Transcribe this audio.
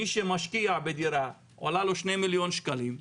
מי שמשקיע בדירה שעולה לו 2 מיליון שקלים,